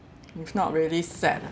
if not really sad ah